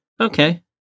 Okay